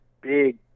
big